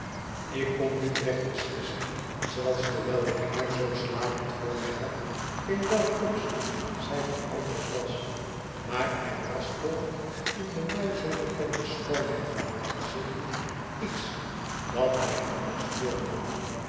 ik kon niet recht beslissen zelfs terwijl ik haar zoo slapend voor mij had in welk opzicht zij veranderd was maar er was toch in de mij zoo bekende schoonheid van haar gezichtje iets dat mij anders voorkwam